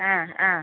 ആ ആ